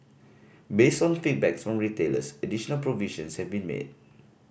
based on feedbacks from retailers additional provisions have been made